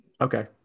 Okay